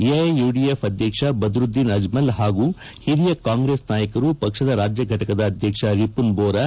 AIUDF ಅಧ್ಯಕ್ಷ ಬದ್ರುದ್ದೀನ್ ಅಜ್ಮಲ್ ಹಾಗೂ ಹಿರಿಯ ಕಾಂಗ್ರೆಸ್ ನಾಯಕರು ಪಕ್ಷದ ರಾಜ್ಯ ಘಟಕದ ಅಧ್ಯಕ್ಷ ರಿಪುನ್ಬೊರಾ